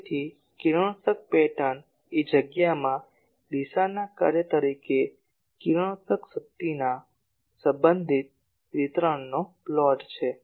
તેથી કિરણોત્સર્ગ પેટર્ન એ જગ્યામાં દિશાના કાર્ય તરીકે કિરણોત્સર્ગ શક્તિના સંબંધિત વિતરણનો પ્લોટ છે